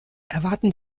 erwarten